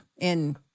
in-